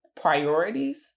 priorities